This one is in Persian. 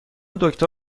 دکتر